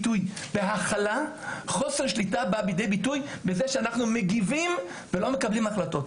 בהכלה, בזה שאנחנו מגיבים ולא מקבלים החלטות.